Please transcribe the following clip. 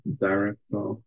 director